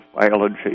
biology